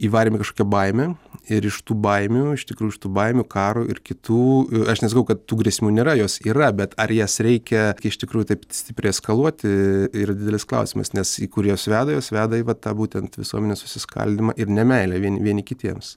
įvarėm į kažkokią baimę ir iš tų baimių iš tikrųjų iš tų baimių karo ir kitų aš nesakau kad tų grėsmių nėra jos yra bet ar jas reikia iš tikrųjų taip stipriai eskaluoti yra didelis klausimas nes į kur jos veda jos veda į vat tą būtent visuomenės susiskaldymą ir nemeilę vieni vieni kitiems